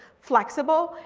flexible,